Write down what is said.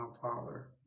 Father